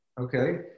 okay